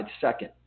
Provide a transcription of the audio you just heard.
second